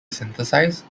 synthesize